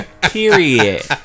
Period